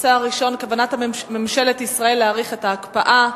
הנושא הראשון: כוונת ממשלת ישראל להאריך את ההקפאה,